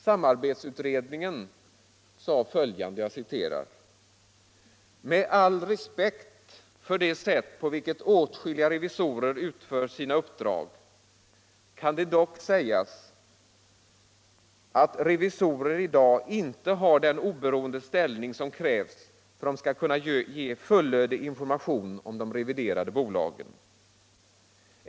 Samarbetsutredningen sade följande: ”Med all respekt för det sätt på vilket åtskilliga revisorer utför sina uppdrag kan det dock sägas att revisorer i dag inte har den oberoende ställning som krävs för att de skall kunna ge fullödig information om de reviderade bolagen.